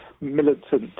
militant